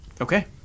Okay